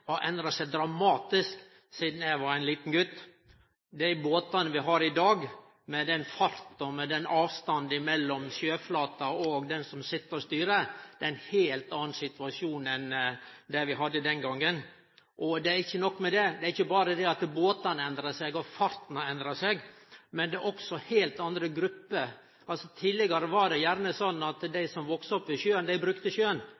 den avstanden frå sjøflata opp til personen som sit og styrer, er det ein heilt annan situasjon enn det vi hadde den gongen. Og det er ikkje nok med det. Det er ikkje berre det at båtane har endra seg og farten har endra seg. No er det også heilt andre grupper på sjøen. Tidlegare var det gjerne sånn at dei som voks opp ved sjøen, brukte